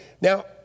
Now